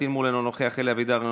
יצחק פינדרוס,